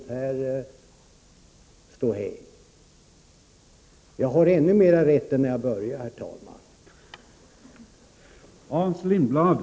Jag tycker nu att jag har ännu mer rätt än när jag började, herr talman.